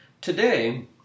Today